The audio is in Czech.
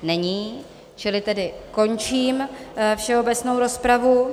Není, čili tedy končím všeobecnou rozpravu.